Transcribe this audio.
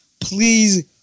please